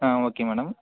okay madam